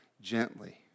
gently